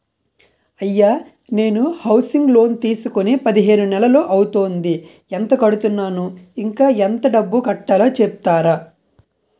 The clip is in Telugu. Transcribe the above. అయ్యా నేను హౌసింగ్ లోన్ తీసుకొని పదిహేను నెలలు అవుతోందిఎంత కడుతున్నాను, ఇంకా ఎంత డబ్బు కట్టలో చెప్తారా?